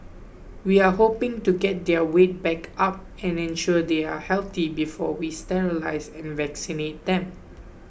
we are hoping to get their weight back up and ensure they are healthy before we sterilise and vaccinate them